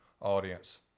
audience